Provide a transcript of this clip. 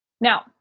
Now